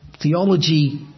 Theology